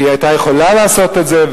היא היתה יכולה לעשות את זה.